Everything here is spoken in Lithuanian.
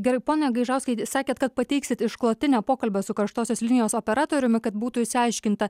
gerai pone gaižauskai sakėt kad pateiksit išklotinę pokalbio su karštosios linijos operatoriumi kad būtų išsiaiškinta